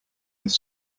this